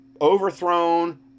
overthrown